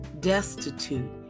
destitute